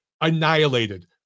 annihilated